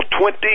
Twenty